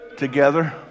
together